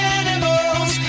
animals